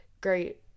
great